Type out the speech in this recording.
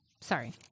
sorry